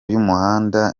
y’umuhanda